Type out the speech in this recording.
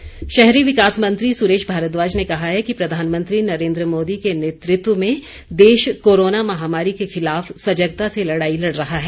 भारद्वाज शहरी विकास मंत्री सुरेश भारद्वाज ने कहा है कि प्रधानमंत्री नरेन्द्र मोदी के नेतृत्व में देश कोरोना महामारी के खिलाफ सजगता से लड़ाई लड़ रहा है